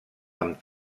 amb